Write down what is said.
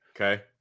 okay